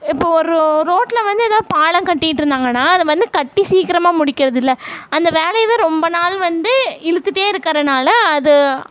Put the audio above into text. இப்போ ஒரு ரோ ரோட்டில் வந்து ஏதாவது பாலம் கட்டிட்டு இருந்தாங்கன்னால் அதை வந்து கட்டி சீக்கிரமாக முடிக்கிறதில்ல அந்த வேலையவே ரொம்ப நாள் வந்து இழுத்துகிட்டே இருக்கறனால் அது